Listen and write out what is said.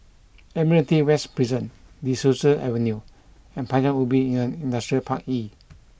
Admiralty West Prison De Souza Avenue and Paya Ubi Industrial Park E